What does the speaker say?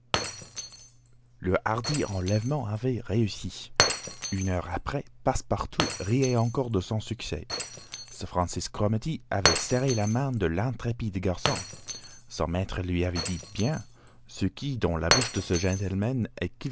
le hardi enlèvement avait réussi une heure après passepartout riait encore de son succès sir francis cromarty avait serré la main de l'intrépide garçon son maître lui avait dit bien ce qui dans la bouche de ce